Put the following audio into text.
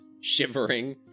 shivering